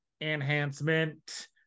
Enhancement